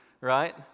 right